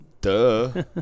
duh